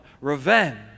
revenge